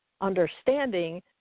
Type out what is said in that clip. understanding